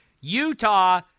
Utah